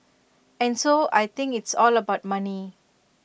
and so I think it's all about money